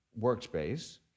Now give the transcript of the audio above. workspace